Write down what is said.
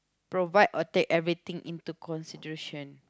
provided or take everything into consideration